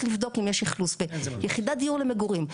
לבדוק אם יש אכלוס ביחידת דיור למגורים.